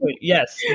Yes